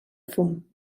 fum